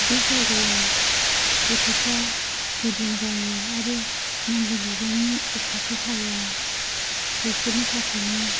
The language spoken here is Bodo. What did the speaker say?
बे जायगायाव बोथोरफ्रा गुदुं जायो आरो नांगौ बिबांनि अखाफोर हाया बेफोरनि थाखायनो